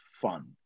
fun